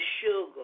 sugar